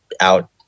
out